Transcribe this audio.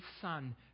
Son